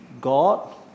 God